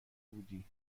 بودی